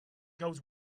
goes